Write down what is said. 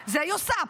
לבג"ץ, זה היא עושה.